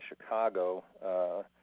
Chicago